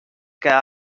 que